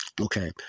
Okay